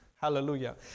Hallelujah